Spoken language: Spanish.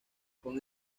con